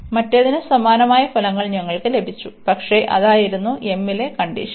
മറ്റേതിന് സമാനമായ ഫലങ്ങൾ ഞങ്ങൾക്ക് ലഭിച്ചു പക്ഷേ അതായിരുന്നു m ലെ കണ്ടിഷൻ